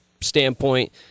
standpoint